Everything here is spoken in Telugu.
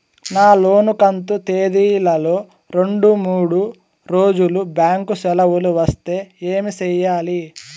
నా లోను కంతు తేదీల లో రెండు మూడు రోజులు బ్యాంకు సెలవులు వస్తే ఏమి సెయ్యాలి?